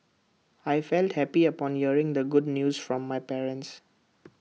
I felt happy upon hearing the good news from my parents